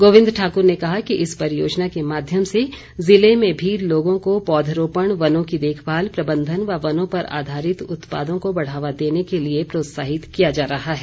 गोविंद ठाकुर ने कहा कि इस परियोजना के माध्यम से जिले में भी लोगों को पौधरोपण वनों की देखभाल प्रबंधन व वनों पर आधारित उत्पादों को बढ़ावा देने के लिए प्रोत्साहित किया जा रहा है